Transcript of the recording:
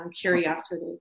curiosity